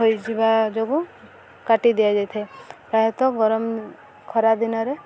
ହୋଇଯିବା ଯୋଗୁଁ କାଟି ଦିଆଯାଇ ଥାଏ ପ୍ରାୟତଃ ଗରମ ଖରା ଦିନରେ